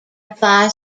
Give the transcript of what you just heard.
apply